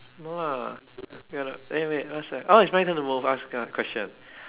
no lah eh wait what's that orh it's my turn to move ask a question